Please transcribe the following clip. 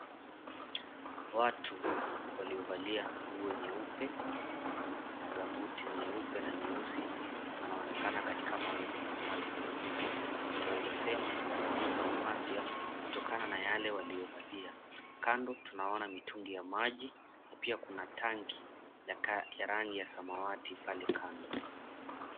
Watu waliovalia nguo nyeupe na gumboot nyeupe na nyeusi wanaonekana katika mazungumzo. Twaweza sema ni wahudumu wa afya kutokana na yale waliovalia. Kando tunaona mitungi ya maji na pia kuna tank ya rangi ya samawati pale kando.